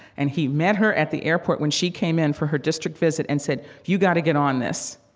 and he met her at the airport when she came in for her district visit, and said, you've got to get on this.